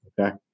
Okay